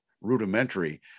rudimentary